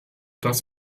das